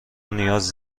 نیاز